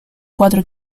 cuatro